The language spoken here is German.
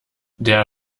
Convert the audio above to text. der